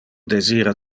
desira